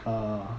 uh